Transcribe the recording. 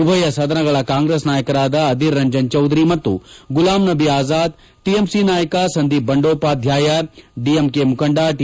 ಉಭಯ ಸದನಗಳ ಕಾಂಗ್ರೆಸ್ ನಾಯಕರಾದ ಅಧೀರ್ ರಂಜನ್ ಚೌಧರಿ ಮತ್ತು ಗುಲಾಮ್ ನಬಿ ಆಜಾದ್ ಟಿಎಂಸಿ ನಾಯಕ ಸುದೀಪ್ ಬಂಡೋಪಾಧ್ನಾಯ ಡಿಎಂಕೆ ಮುಖಂಡ ಟಿ